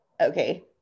okay